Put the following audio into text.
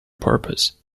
purpose